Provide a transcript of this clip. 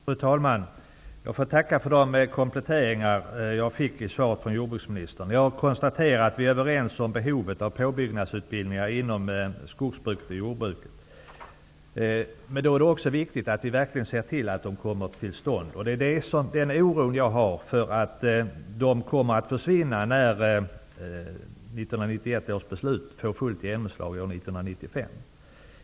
Fru talman! Jag tackar för de kompletteringar av svaret som jag fick från jordbruksministern. Jag konstaterar att vi är överens om behovet av påbyggnadsutbildningar inom skogsbruket och jordbruket. Men det är också viktigt att vi verkligen ser till att de kommer till stånd. Den oro som jag har är att de kommer att försvinna när 1991 års beslut får fullt genomslag år 1995.